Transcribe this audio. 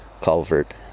culvert